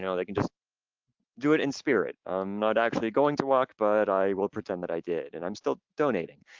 you know they can just do it in spirit. i'm not actually going to walk, but i will pretend that i did and i'm still donating.